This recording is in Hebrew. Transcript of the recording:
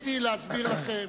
ניסיתי להסביר לכם,